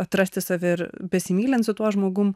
atrasti save ir besimylint su tuo žmogum